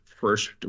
first